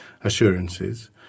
assurances